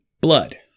Blood